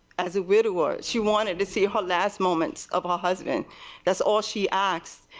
as widower she wanted to see her last moments of her husband that's all she asked.